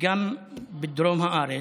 וגם בדרום הארץ,